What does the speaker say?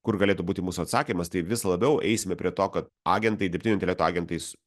kur galėtų būti mūsų atsakymas tai vis labiau eisime prie to kad agentai dirbtinio intelekto agentais